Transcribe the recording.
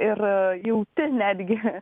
ir jauti netgi